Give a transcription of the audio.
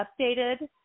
updated